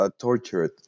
tortured